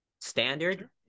Standard